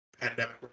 pandemic